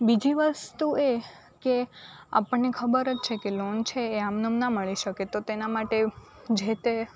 બીજી વસ્તુ એ કે આપણને ખબર છે કે લોન છે એ એમને એમ ના મળી શકે તો તેના માટે જે તે